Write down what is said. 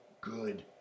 good